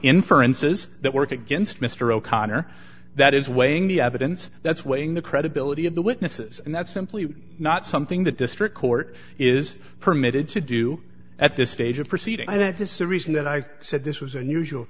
inferences that work against mr o'connor that is weighing the evidence that's weighing the credibility of the witnesses and that's simply not something the district court is permitted to do at this stage of proceeding i think that's the reason that i said this was unusual